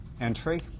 entry